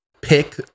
pick